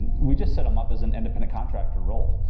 we just set him up as an independent contractor role,